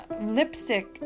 lipstick